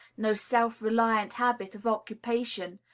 no self-reliant habit of occupation,